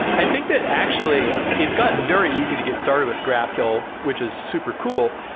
i think that actually it's got very easy to get started with graphql, which is super cool.